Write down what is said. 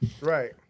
right